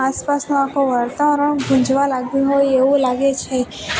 આસપાસનો આખો વાતાવરણ ગુંજવા લાગ્યું હોય એવું લાગે છે